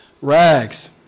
rags